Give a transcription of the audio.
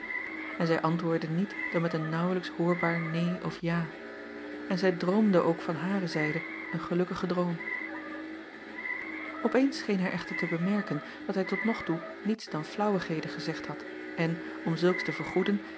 en zij antwoordde niet dan met een naauwlijks hoorbaar neen of ja en zij droomde ook van hare zijde een gelukkigen droom p eens scheen hij echter te bemerken dat hij tot nog toe niets dan flaauwigheden gezegd had en om zulks te vergoeden